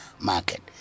market